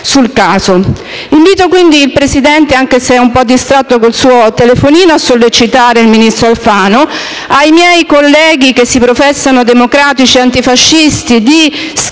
sul caso. Invito quindi il Presidente, anche se un po' distratto dal suo telefonino, a sollecitare il ministro Alfano e i miei colleghi, che si professano democratici e antifascisti, a